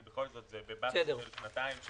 כי בכל זאת זה בא פעם בשנתיים שלוש.